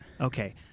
Okay